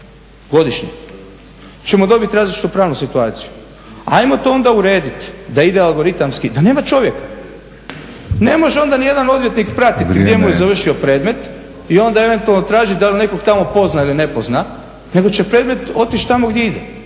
godišnje, ćemo dobiti različitu pravnu situaciju. Ajmo to onda urediti da ide algoritamski, da nema čovjeka. Ne može onda nijedan odvjetnik pratiti gdje mu je završio predmet i onda eventualno tražiti da li nekog tamo poznaje ili ne poznaje nego će predmet otići tamo gdje ide,